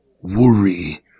Worry